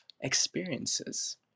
experiences